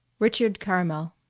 richard caramel